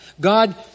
God